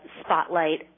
spotlight